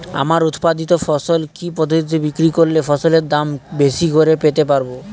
আমার উৎপাদিত ফসল কি পদ্ধতিতে বিক্রি করলে ফসলের দাম বেশি করে পেতে পারবো?